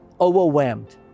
overwhelmed